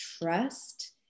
trust